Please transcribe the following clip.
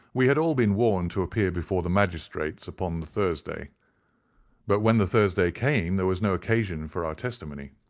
we had all been warned to appear before the magistrates upon the thursday but when the thursday came there was no occasion for our testimony.